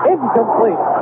Incomplete